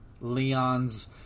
Leon's